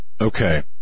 Okay